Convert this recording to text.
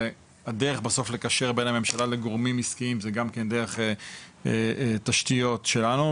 שהדרך בסוף לקשר בין הממשלה לגורמים עסקיים זה גם כן דרך תשתיות שלנו,